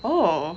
oh